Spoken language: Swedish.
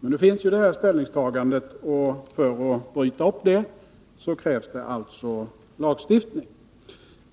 Men nu finns detta ställningstagande, och för att bryta upp det krävs det lagstiftning.